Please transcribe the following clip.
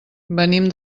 venim